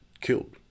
killed